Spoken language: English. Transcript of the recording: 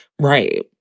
Right